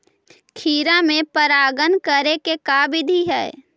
खिरा मे परागण करे के का बिधि है?